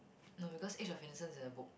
no because age of innocence is a book